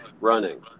running